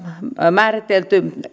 määritelty